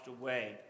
away